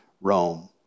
Rome